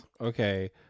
Okay